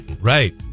Right